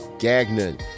Gagnon